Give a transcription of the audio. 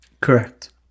Correct